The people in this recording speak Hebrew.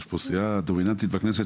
יש פה סיעה דומיננטית בכנסת,